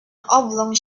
oblong